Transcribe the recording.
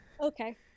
Okay